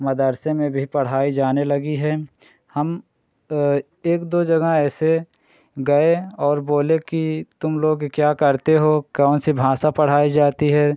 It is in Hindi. मदर्से में भी पढ़ाई जाने लगी है हम एक दो जगह ऐसे गए और बोलें कि तुम लोग क्या करते हो कौन सी भाषा पढ़ाई जाती है